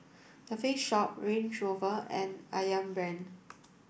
The Face Shop Range Rover and Ayam Brand